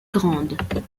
grande